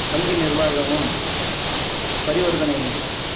வங்கி நிர்வாகமும் பரிவர்த்தனை